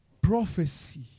Prophecy